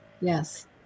yes